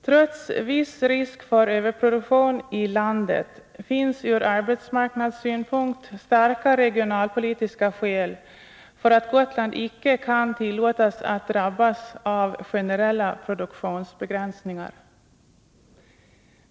Trots viss risk för överproduktion i landet finns ur arbetsmarknadssynpunkt starka regionalpolitiska skäl för att Gotland icke kan tillåtas att drabbas av generella produktionsbegränsningar.